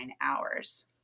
hours